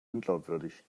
unglaubwürdig